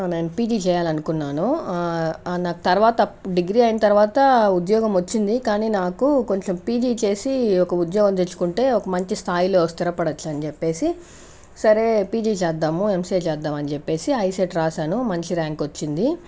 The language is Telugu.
నేను పీజీ చే యాలనుకున్నాను నా తర్వాత డిగ్రీ అయిన తర్వాత ఉద్యోగం వచ్చింది కానీ నాకు కొంచెం పీజీ చేసి ఒక ఉద్యోగం తెచ్చుకుంటే ఒక మంచి స్థాయిలో స్థిరపడచ్చని చెప్పేసి సరే పీజీ చేద్దాము ఎంసీఏ చేద్దామని చెప్పేసి ఐసెట్ రాసాను మంచి ర్యాంక్ వచ్చింది